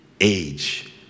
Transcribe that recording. age